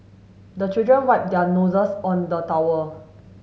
the children wipe their noses on the towel